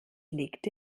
legte